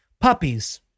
puppies